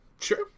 Sure